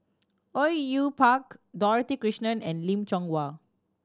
Au Yue Pak Dorothy Krishnan and Lim Chong Yah